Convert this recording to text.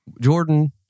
Jordan